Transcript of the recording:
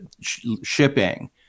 shipping